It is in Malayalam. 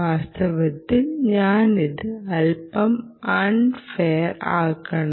വാസ്തവത്തിൽ ഞാൻ ഇത് അൽപം അൺ ഫെയർ ആക്കണം